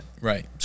Right